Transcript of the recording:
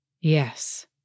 Yes